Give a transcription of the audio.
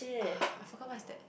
ugh I forgot what is that